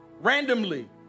randomly